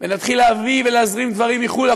ונתחיל להביא ולהזרים דברים מחו"ל,